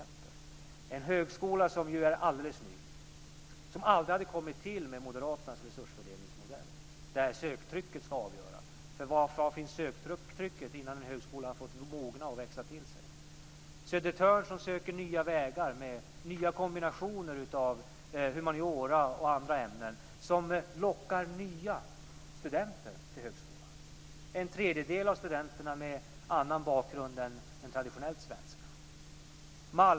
Det är en högskola som är alldeles ny och som aldrig hade kommit till med moderaternas resursfördelningsmodell, där söktrycket ska avgöra. Var finns söktrycket innan en högskola har fått mogna och växa till sig? Södertörn söker nya vägar med nya kombinationer av humaniora och andra ämnen som lockar nya studenter till högskolan. En tredjedel av studenterna har annan bakgrund än den traditionellt svenska.